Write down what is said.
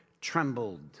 trembled